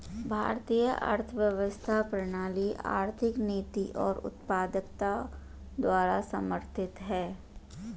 भारतीय अर्थव्यवस्था प्रणाली आर्थिक नीति और उत्पादकता द्वारा समर्थित हैं